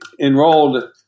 enrolled